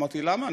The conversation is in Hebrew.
אמרתי: למה?